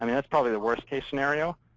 i mean that's probably the worst-case scenario,